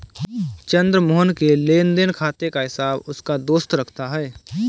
चंद्र मोहन के लेनदेन खाते का हिसाब उसका दोस्त रखता है